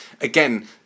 again